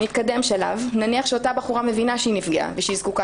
נתקדם שלב ונניח שאותה בחורה מבינה שהיא נפגעה ושהיא זקוקה